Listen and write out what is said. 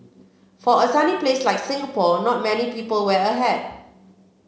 for a sunny place like Singapore not many people wear a hat